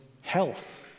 health